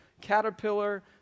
Caterpillar